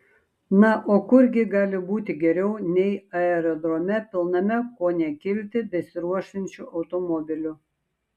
na o kur gi gali būti geriau nei aerodrome pilname ko ne kilti besiruošiančių automobilių